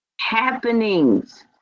happenings